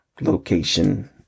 location